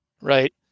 right